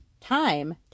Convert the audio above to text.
time